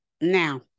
Now